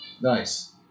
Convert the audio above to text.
Nice